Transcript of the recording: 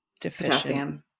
Potassium